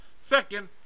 Second